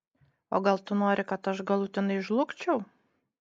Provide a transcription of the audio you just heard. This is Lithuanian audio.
o gal tu nori kad aš galutinai žlugčiau